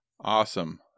Awesome